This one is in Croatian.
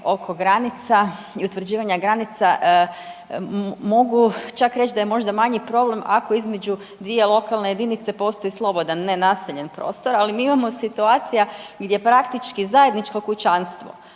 oko granica i utvrđivanja granica. Mogu čak reći da je možda manji problem ako između dvije lokalne jedinice postoji slobodan nenaseljen prostor, ali mi imamo situacija gdje praktički zajedničko kućanstvo,